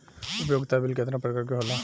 उपयोगिता बिल केतना प्रकार के होला?